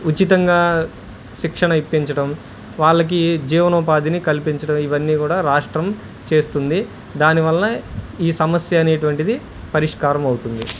ఉచితంగా శిక్షణ ఇప్పించడం వాళ్లకి జీవనోపాధిని కల్పించడం ఇవన్నీ కూడా రాష్ట్రం చేస్తుంది దాని వలన ఈ సమస్య అనేటటువంటిది పరిష్కారం అవుతుంది